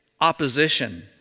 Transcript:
opposition